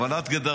אבל את,